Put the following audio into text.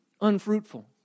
unfruitful